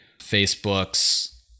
Facebook's